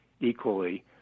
equally